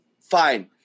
Fine